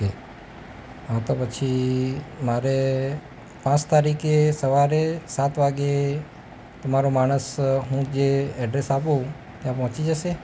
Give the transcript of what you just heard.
okay હા તો પછી મારે પાંચ તારીખે સવારે સાત વાગે તમારો માણસ હું જે એડ્રેસ આપું ત્યાં પહોંચી જશે